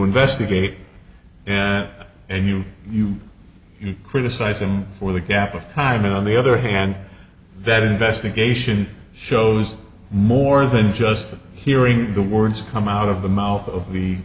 investigate and you you you criticize him for the gap of time and on the other hand that investigation shows more than just hearing the words come out of the mouth of the